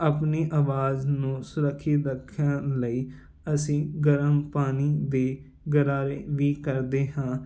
ਆਪਣੀ ਆਵਾਜ਼ ਨੂੰ ਸੁਰੱਖਿਅਤ ਰੱਖਣ ਲਈ ਅਸੀਂ ਗਰਮ ਪਾਣੀ ਦੇ ਗਰਾਰੇ ਵੀ ਕਰਦੇ ਹਾਂ